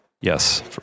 Yes